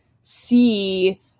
see